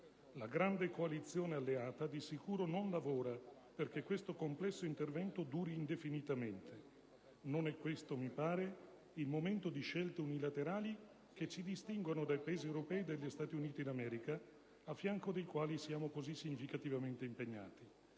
La grande coalizione alleata di sicuro non lavora perché questo complesso intervento duri indefinitamente. Non è questo, mi pare, il momento di scelte unilaterali che ci distinguano dai Paesi europei e dagli Stati Uniti d'America, a fianco dei quali siamo così significativamente impegnati.